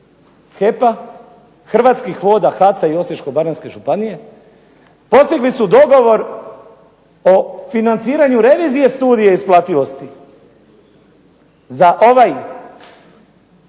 HEP-a, Hrvatskih voda, HAC-a i Osječko-baranjske županije postigli su dogovor o financiranju revizije studije isplativosti za ovaj